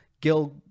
Gil